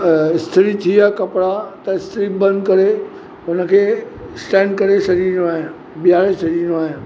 अ इस्त्री थी विया कपिड़ा त इस्त्री बंदि करे उनखे स्टैंड करे छॾींदो आहियां बीहारे छॾींदो आहियां